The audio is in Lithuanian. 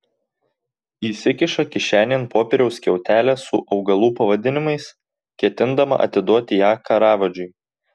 įsikiša kišenėn popieriaus skiautelę su augalų pavadinimais ketindama atiduoti ją karavadžui